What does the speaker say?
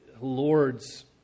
Lord's